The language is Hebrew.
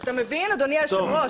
אתה מבין, אדוני היושב-ראש?